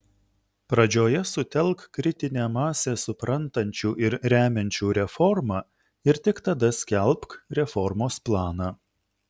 pradžioje sutelk kritinę masę suprantančių ir remiančių reformą ir tik tada skelbk reformos planą